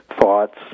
thoughts